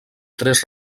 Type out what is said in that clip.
tres